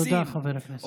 תודה, חבר הכנסת.